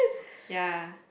yeah